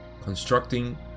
Constructing